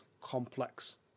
complex